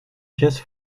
pièce